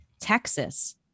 Texas